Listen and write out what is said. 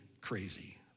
crazy